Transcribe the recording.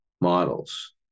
models